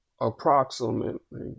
approximately